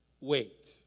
Wait